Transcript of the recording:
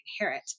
inherit